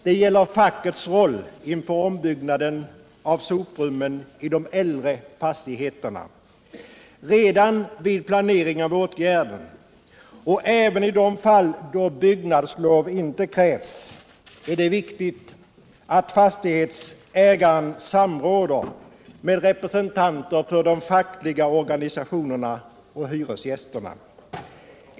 Det gäller fackets roll inför ombyggnaden av soprummen i de äldre fastigheterna. Redan vid planering av åtgärden — och även i de fall då byggnadslov inte krävs — är det viktigt att fastighetsägaren samråder med representanter för de fackliga organisationerna och hyresgästerna.